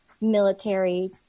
military